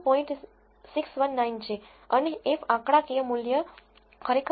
619 છે અને f આંકડાકીય મૂલ્ય ખરેખર ઉંચું છે જે 68